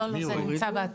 לא, לא, זה נמצא באתר.